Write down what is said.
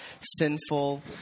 sinful